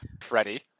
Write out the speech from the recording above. Freddie